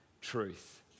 truth